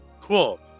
Cool